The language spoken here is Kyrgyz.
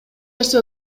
нерсе